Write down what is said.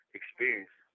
experience